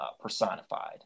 personified